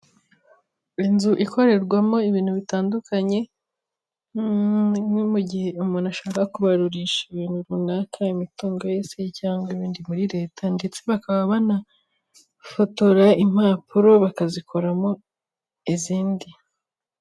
Inzu ikorerwamo ibintu bitandukanye, nko mu gihe umuntu ashaka kubarurisha ibintu runaka, imitungo ye se cyangwa ibindi muri Leta ndetse bakaba banafotora impapuro bakazikoramo izindi.